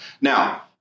Now